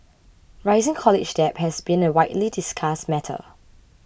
rising college debt has been a widely discussed matter